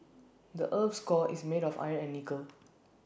the Earth's core is made of iron and nickel